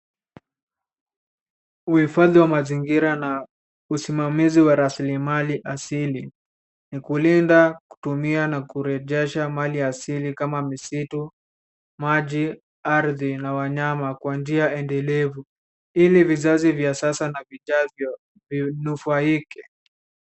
Uhifadhi wa mazingira na usimamizi wa rasilimali asili ni kulinda, kutumia na kurejesha mali asili kama misitu, maji, ardhi na wanyama kwa njia endelevu ili vizazi vya sasa na vijavyo vinufaike.